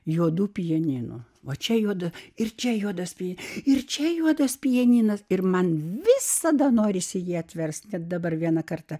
juodų pianinu o čia juodu ir čia judesį ir čia juodas pianinas ir man visada norisi jį atversti dar vieną kartą